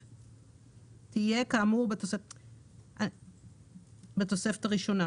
שיציב תהיה כאמור בתוספת הראשונה".